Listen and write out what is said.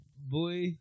boy